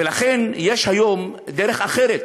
ולכן, יש היום דרך אחרת.